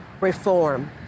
reform